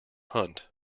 hunt